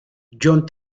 john